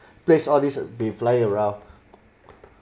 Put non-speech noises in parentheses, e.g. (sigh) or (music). plates all these be flying around (breath)